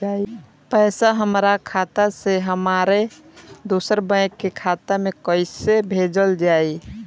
पैसा हमरा खाता से हमारे दोसर बैंक के खाता मे कैसे भेजल जायी?